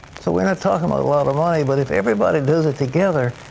so we are not talking about a lot of money but if everybody does it together,